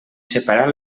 separar